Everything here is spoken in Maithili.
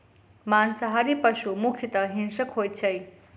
मांसाहारी पशु मुख्यतः हिंसक होइत छै